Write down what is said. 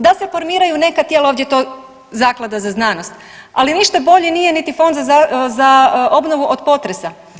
Da se formiraju neka tijela, ovdje je to Zaklada za znanost, ali ništa bolji nije niti Fond za obnovu od potresa.